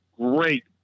great